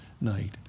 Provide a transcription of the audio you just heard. night